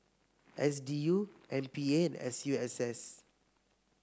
S D U M P A and S U S S